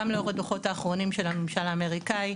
גם לאור הדוחות האחרונים של הממשל האמריקאי,